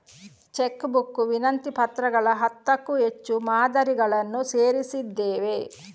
check book ವಿನಂತಿ ಪತ್ರಗಳ ಹತ್ತಕ್ಕೂ ಹೆಚ್ಚು ಮಾದರಿಗಳನ್ನು ಸೇರಿಸಿದ್ದೇವೆ